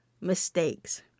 mistakes